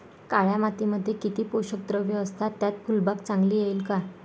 काळ्या मातीमध्ये किती पोषक द्रव्ये असतात, त्यात फुलबाग चांगली येईल का?